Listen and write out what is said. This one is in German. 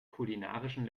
kulinarischen